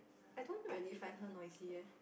I don't really find her noisy eh